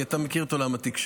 כי אתה מכיר את עולם התקשורת.